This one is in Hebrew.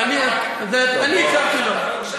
אני הקשבתי לו.